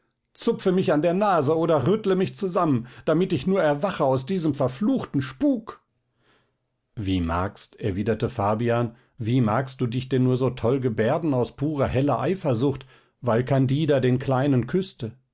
zupfe mich an der nase oder rüttle mich zusammen damit ich nur erwache aus diesem verfluchten spuk wie magst erwiderte fabian wie magst du dich denn nur so toll gebärden aus purer heller eifersucht weil candida den kleinen küßte